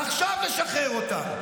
עכשיו לשחרר אותם.